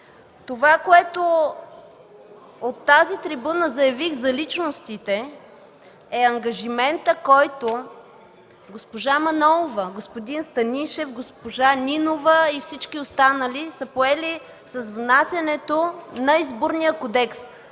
Това, което от тази трибуна заявих за личностите, е ангажиментът, който госпожа Манолова, господин Станишев, госпожа Нинова и всички останали са поели с внасянето на Изборния кодекс.